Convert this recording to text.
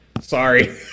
sorry